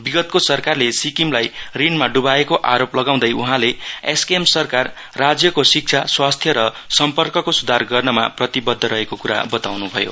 विगतको सरकारले सिक्किमलाई ऋणमा ड्बाएको आरोप लगाउँदै उहाँले एसकेएम सरकार राज्यको शिक्षा स्वास्थ्य र सम्पर्कको स्धार गर्नमा प्रतिबद्व रहेको क्रा बताउन् भयो